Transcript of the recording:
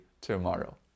tomorrow